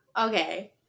Okay